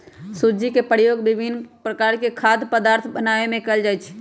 सूज्ज़ी के प्रयोग विभिन्न प्रकार के खाद्य पदार्थ बनाबे में कयल जाइ छै